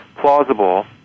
plausible